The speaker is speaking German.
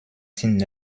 sind